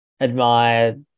admire